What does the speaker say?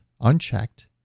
unchecked